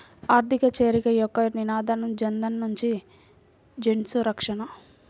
ఆర్థిక చేరిక యొక్క నినాదం జనధన్ నుండి జన్సురక్ష